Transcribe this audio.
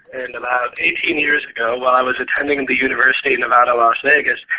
and about eighteen years ago, when i was attending and the university of nevada, las vegas,